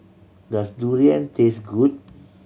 does durian taste good